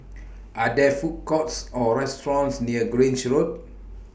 Are There Food Courts Or restaurants near Grange Road